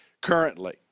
currently